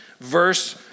verse